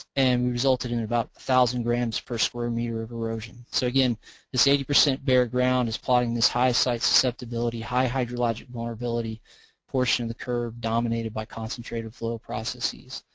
and we resulted in and about one thousand grams per square meter of erosion. so again this eighty percent bare ground is plotting this high site susceptibility, high hydrologic vulnerability portion of the curve dominated by concentrated flow processes.